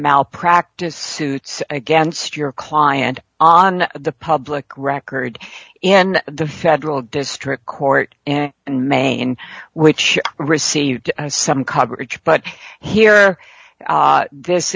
malpractise suits against your client on the public record in the federal district court in maine which received some coverage but here this